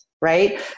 right